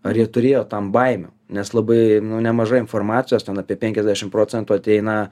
ar jie turėjo tam baimių nes labai nu nemažai informacijos ten apie penkiasdešim procentų ateina